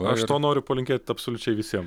aš to noriu palinkėt absoliučiai visiem